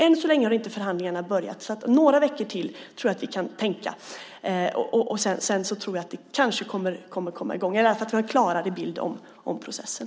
Än så länge har dock inte förhandlingarna börjat, så några veckor till tror jag att vi kan tänka, och sedan tror jag att det kanske kommer att komma i gång, eller i alla fall att vi har en klarare bild av processen.